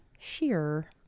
sheer